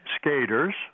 skaters